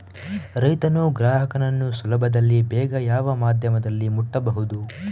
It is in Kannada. ರೈತನು ಗ್ರಾಹಕನನ್ನು ಸುಲಭದಲ್ಲಿ ಬೇಗ ಯಾವ ಮಾಧ್ಯಮದಲ್ಲಿ ಮುಟ್ಟಬಹುದು?